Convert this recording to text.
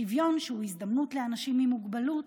שוויון שהוא הזדמנות לאנשים עם מוגבלות,